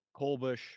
Kolbush